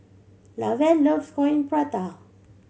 Lavelle loves Coin Prata